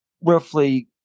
roughly